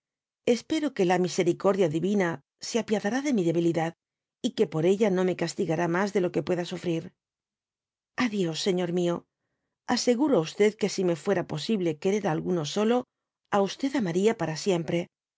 espero que la misericordia divina se apiadará de mi debilidad y que por ella no me castigará mas de lo que pueda sufrir a dios señor mió aseguro á que si me fuera posible querer á alguno solo á amaría para siempre